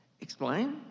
explain